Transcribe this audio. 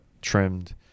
trimmed